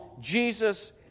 Jesus